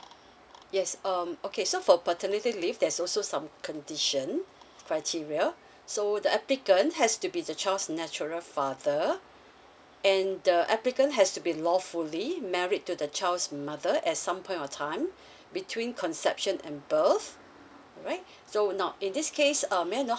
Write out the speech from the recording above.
yes um okay so for paternity leave there's also some condition criteria so the applicant has to be the child's natural father and the applicant has to be lawfully married to the child's mother at some point of time between conception and birth alright so now in this case um may I know